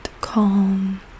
calm